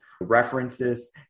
references